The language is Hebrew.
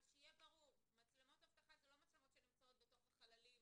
אבל שיהיה ברור מצלמות אבטחה זה לא מצלמות שנמצאות בחללים